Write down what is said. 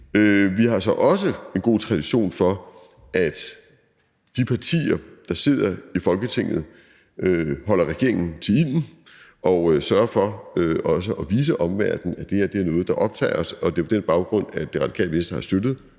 Vi har så også en god tradition for, at de partier, der sidder i Folketinget, holder regeringen til ilden og sørger for også at vise omverdenen, at det her er noget, der optager os – og det er på den baggrund, at Radikale Venstre har støttet